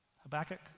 Habakkuk